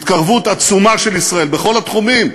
התקרבות עצומה של ישראל, בכל התחומים,